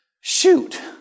shoot